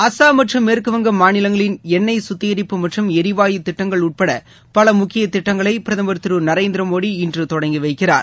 அசாம் மற்றும் மேற்கு வங்காள மாநிலங்களின் எண்ணெய் சுத்திகரிப்பு மற்றும் எரிவாயு திட்டங்கள் உட்பட முக்கிய திட்டங்களை பிரதமர் பல திரு நரேந்திர மோடி இன்று தொடங்கி வைக்கிறார்